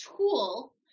tool